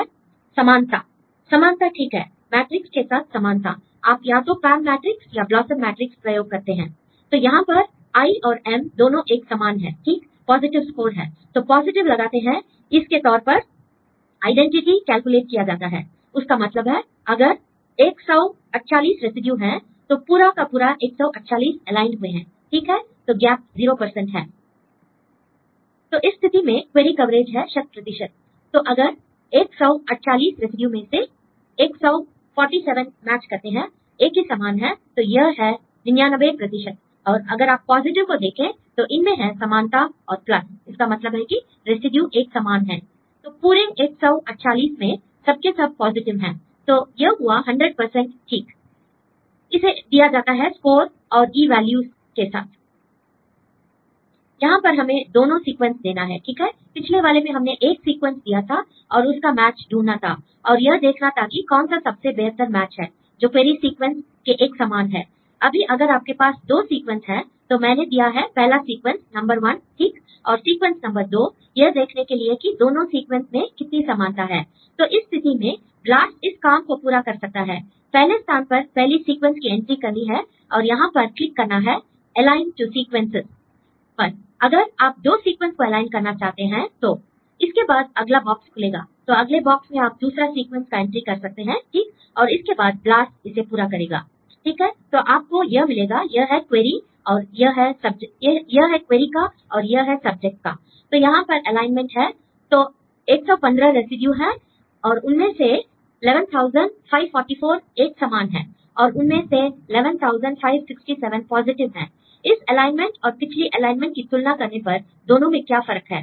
student समानता l समानता ठीक है मैट्रिक्स के साथ समानता l आप या तो पाम मैट्रिक्स या ब्लॉसम मैट्रिक्स प्रयोग करते हैं l तो यहां पर आई और एम दोनों एक समान हैं ठीक पॉजिटिव स्कोर है l तो पॉजिटिव लगाते हैं l इस के तौर पर आईडेंटिटी कैलकुलेट किया जाता है उसका मतलब है अगर 148 रेसिड्यू हैं तो पूरा का पूरा 148 एलाइंड हुए हैं ठीक है l तो गैप 0 है l तो इस स्थिति में क्वेरी कवरेज है शत प्रतिशत l तो अगर 148 रेसिड्यू में से 147 मैच करते हैं एक ही समान हैं तो यह है 99 और अगर आप पॉजिटिव को देखें तो इनमें हैं समानता और प्लस इसका मतलब है कि रेसिड्यू एक समान हैं l तो पूरे 148 में सब के सब पॉजिटिव हैं तो यह हुआ हंड्रेड परसेंट ठीक है इसे दिया जाता है स्कोर और E वैल्यूज़ के साथ यहां पर हमें दोनों सीक्वेंस देना है ठीक है पिछले वाले में हमने एक सीक्वेंस दिया था और उसका मैच ढूंढना था और यह देखना था कि कौन सा सबसे बेहतर मैच है जो क्वेरी सीक्वेंस के एक समान है l अभी अगर आपके पास दो सीक्वेंस हैं तो मैंने दिया है पहला सीक्वेंस नंबर वन ठीक और सीक्वेंस नंबर दो यह देखने के लिए की दोनों सीक्वेंस में कितनी समानता है l तो इस स्थिति में ब्लास्ट इस काम को पूरा कर सकता है l पहले स्थान पर पहली सीक्वेंस की एंट्री करनी है और यहां पर क्लिक करना है 'एलाइन 2 सीक्वेंसेस' पर अगर आप दो सीक्वेंस को एलाइन करना चाहते हैं तो l इसके बाद अगला बॉक्स खुलेगा l तो अगले बॉक्स में आप दूसरा सीक्वेंस का एंट्री कर सकते हैं ठीक और इसके बाद ब्लास्ट इसे पूरा करेगा l ठीक है तो आपको यह मिलेगा यह है क्वेरी का और यह है सब्जेक्ट का l तो यहां पर एलाइनमेंट है l तो 115 रेसिड्यू हैं उनमें से 11544 एक समान हैं और उनमें से 115 67 पॉजिटिव हैं इस एलाइनमेंट और पिछली एलाइनमेंट की तुलना करने पर दोनों में क्या फर्क है